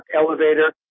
elevator